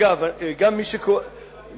אגב, גם מי שכורת.